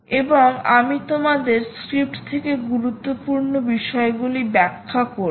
এবং আমি তোমাদের স্ক্রিপ্ট থেকে গুরুত্বপূর্ণ বিষয়গুলি ব্যাখ্যা করব